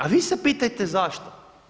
A vi se pitajte zašto.